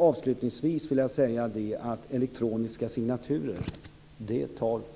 Avslutningsvis vill jag säga att elektroniska signaturer